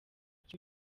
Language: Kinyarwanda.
icyo